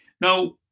Now